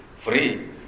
free